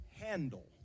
handle